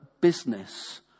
business